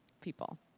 people